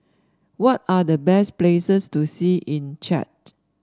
what are the best places to see in Chad